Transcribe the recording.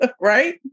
right